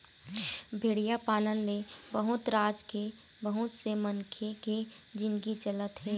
भेड़िया पालन ले बहुत राज के बहुत से मनखे के जिनगी चलत हे